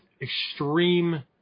extreme